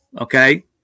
okay